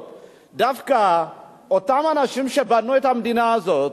שדווקא אותם אנשים שבנו את המדינה הזאת,